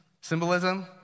symbolism